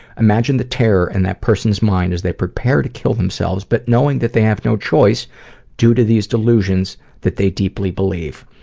imagine the terror in and that person's mind as they prepare to kill themselves but knowing that they have no choice due to these delusions that they deeply believe.